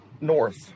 north